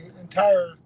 entire